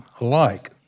alike